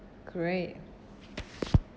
great